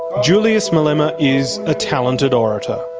julius malema is a talented orator.